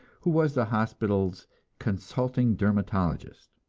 who was the hospital's consulting dermatologist,